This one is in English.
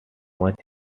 much